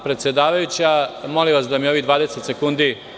Predsedavajuća, molim vas da mi ovih 20 sekundi…